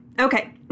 Okay